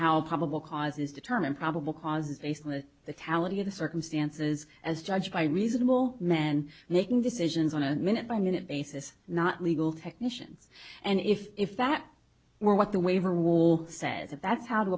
how probable cause is determined probable cause is basically the talent of the circumstances as judged by reasonable men making decisions on a minute by minute basis not legal technicians and if if that were what the waiver will says if that's how to